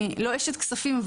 אני עדיין לא אשת כספים,